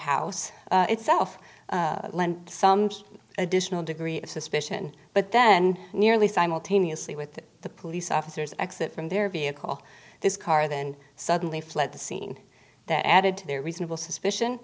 itself some additional degree of suspicion but then nearly simultaneously with the police officers exit from their vehicle this car then suddenly fled the scene that added to their reasonable suspicion